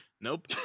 Nope